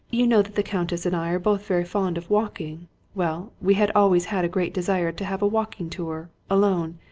you know that the countess and i are both very fond of walking well, we had always had a great desire to have a walking tour, alone,